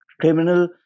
criminal